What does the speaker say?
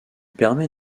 permet